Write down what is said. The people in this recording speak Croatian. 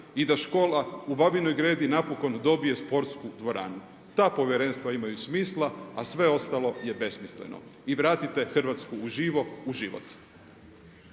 i da škola u Babinoj Gredi napokon dobije sportsku dvoranu. Ta povjerenstva imaju smisla, a sve ostalo je besmisleno. I vratite „Hrvatsku uživo“ u život.